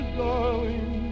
darling